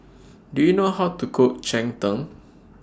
Do YOU know How to Cook Cheng Tng